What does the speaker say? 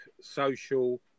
social